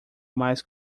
mas